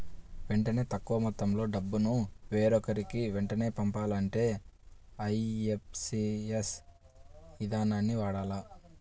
వెంటనే తక్కువ మొత్తంలో డబ్బును వేరొకరికి వెంటనే పంపాలంటే ఐఎమ్పీఎస్ ఇదానాన్ని వాడాలి